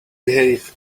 behave